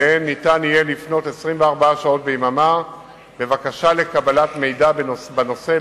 שאליהם ניתן יהיה לפנות 24 שעות ביממה בבקשה לקבלת מידע בנושא,